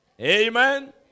Amen